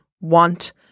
want